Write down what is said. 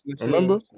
remember